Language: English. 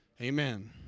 Amen